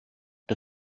der